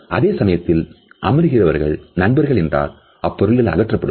அதே சமயத்தில் அமர்கிறார்கள் நண்பர்கள் என்றால் அப்பொருள்கள் அகற்றப்படும்